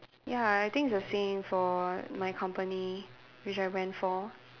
ya I think it's the same for my company which I went for